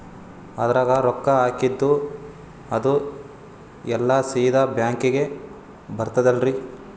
ಅದ್ರಗ ರೊಕ್ಕ ಹಾಕಿದ್ದು ಅದು ಎಲ್ಲಾ ಸೀದಾ ಬ್ಯಾಂಕಿಗಿ ಬರ್ತದಲ್ರಿ?